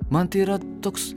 man tai yra toks